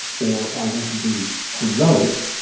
or i want to be heroic.